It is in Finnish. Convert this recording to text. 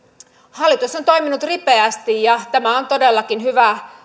hallitus on toiminut ripeästi ja tämä on todellakin hyvä